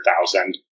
thousand